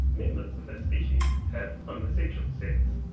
members of that species have homosexual sex.